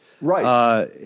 right